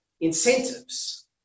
incentives